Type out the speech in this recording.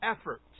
effort